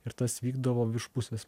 ir tas vykdavo virš pusės